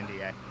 NDA